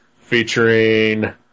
featuring